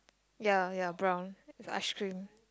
ya ya brown the ice cream